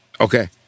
Okay